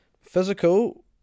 physical